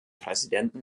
präsidenten